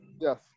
Yes